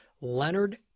Leonard